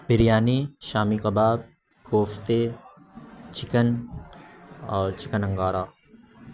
بریانی شامی کباب کوفتے چکن اور چکن انگارہ